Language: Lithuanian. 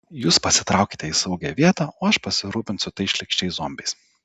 jūs pasitraukite į saugią vietą o aš pasirūpinsiu tais šlykščiais zombiais